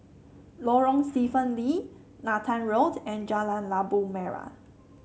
Lorong Stephen Lee Nathan Road and Jalan Labu Merah